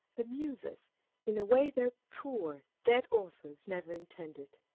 amuse us in a way their poor dead authors never intended.